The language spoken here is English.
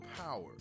power